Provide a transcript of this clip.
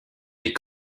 est